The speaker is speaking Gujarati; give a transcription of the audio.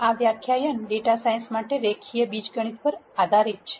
આ વ્યાખ્યાન ડેટા સાયન્સ માટેના રેખીય બીજગણિત પર છે